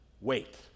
wait